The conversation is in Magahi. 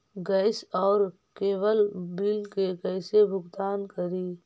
गैस और केबल बिल के कैसे भुगतान करी?